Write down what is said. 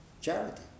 charity